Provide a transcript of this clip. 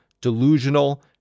delusional